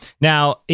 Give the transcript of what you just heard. Now